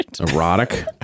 erotic